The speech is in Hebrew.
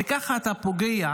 וככה אתה פוגע